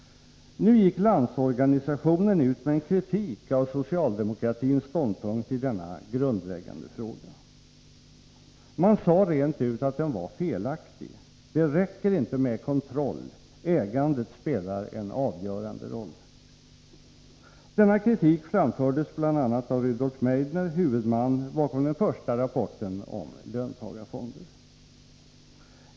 Nu gick Landsorganisationen ut med en kritik av socialdemokratins ståndpunkt i denna grundläggande fråga. Man sade rent ut att den var felaktig — det räcker inte med kontroll, ägandet spelar en avgörande roll. Denna kritik framfördes bl.a. av Rudolf Meidner, huvudman bakom den första rapporten om löntagarfonder.